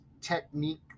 technique